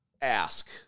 ask